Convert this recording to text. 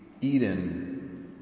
Eden